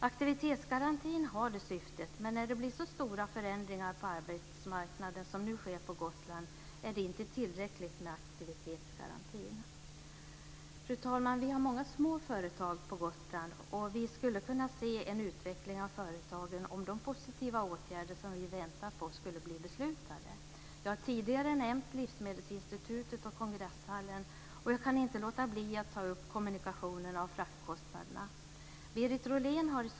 Aktivitetsgarantin har det syftet, men när det blir så stora förändringar på arbetsmarknaden som nu sker på Gotland är det inte tillräckligt med aktivitetsgarantin. Fru talman! Vi har många små företag på Gotland, och vi skulle kunna se en utveckling av företagen om de positiva åtgärder som vi väntar på skulle bli beslutade. Jag har tidigare nämnt Livsmedelsinstitutet och kongresshallen, och jag kan inte låta bli att ta upp kommunikationerna och fraktkostnaderna.